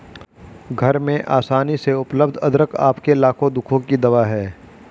घर में आसानी से उपलब्ध अदरक आपके लाखों दुखों की दवा है